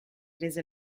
rese